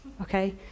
okay